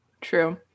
True